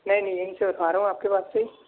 نہیں نہیں یہیں سے ہوتا آ رہا ہوں آپ کے پاس سے